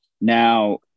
Now